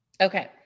Okay